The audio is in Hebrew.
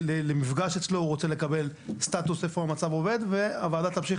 למפגש אצלו הוא רוצה לקבל סטאטוס איפה המצב עומד והוועדה תמשיך